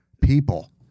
people